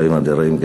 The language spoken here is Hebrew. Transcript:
אלוהים אדירים,